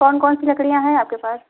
कौन कौन सी लकड़ियाँ हैं आपके पास